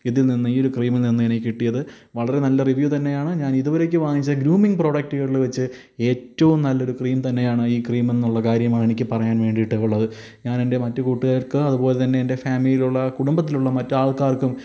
ഇതില്നിന്ന് ഈ ഒരു ക്രീമില് നിന്നെനിക്ക് കിട്ടിയത് വളരെ നല്ല റിവ്യൂ തന്നെയാണ് ഞാനിതുവരേക്കും വാങ്ങിച്ച ഗ്രൂമിങ്ങ് പ്രോടക്റ്റുകളില് വെച്ച് ഏറ്റവും നല്ലൊരു ക്രീം തന്നെയാണ് ഈ ക്രീമെന്നുള്ള കാര്യമാണ് എനിക്ക് പറയാന് വേണ്ടിയിട്ട് ഉള്ളത് ഞാനെന്റെ മറ്റു കൂട്ടുകാര്ക്ക് അതുപോലെതന്നെ എന്റെ ഫാമിലിയിലുള്ള കുടുംബത്തിലുള്ള മറ്റാള്ക്കാര്ക്കും